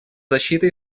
защита